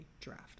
draft